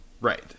Right